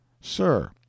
sir